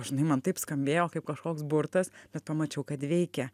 žinai man taip skambėjo kaip kažkoks burtas bet pamačiau kad veikia